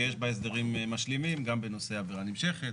שיש בה הסדרים משלימים גם בנושא עבירה נמשכת.